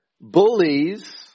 bullies